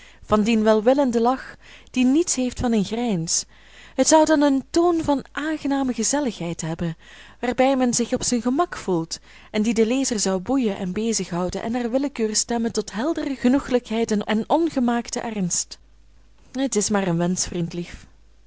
van dien welwillenden lach die niets heeft van een grijns het zou dan een toon van aangename gezelligheid hebben waarbij men zich op zijn gemak gevoelt en die den lezer zou boeien en bezighouden en naar willekeur stemmen tot heldere genoegelijkheid en ongemaakten ernst het is maar een wensch vriendlief